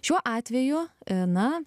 šiuo atveju na